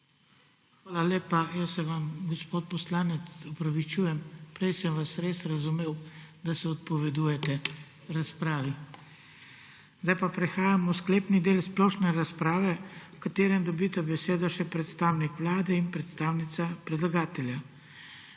Hvala lepa. Jaz se vam, gospod poslanec, opravičujem. Prej sem vas res razumel, da se odpovedujete razpravi. Zdaj pa prehajamo v sklepni del splošne razprave, v katerem dobita besedo še predstavnik Vlade in predstavnica predlagatelja.